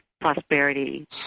prosperity